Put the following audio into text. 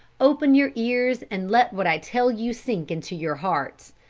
open your ears and let what i tell you sink into your hearts.